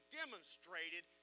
demonstrated